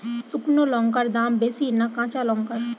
শুক্নো লঙ্কার দাম বেশি না কাঁচা লঙ্কার?